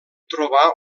trobar